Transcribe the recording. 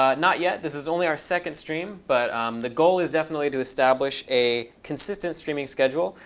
ah not yet. this is only our second stream, but um the goal is definitely to establish a consistent streaming schedule.